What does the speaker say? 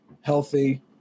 healthy